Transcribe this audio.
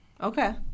Okay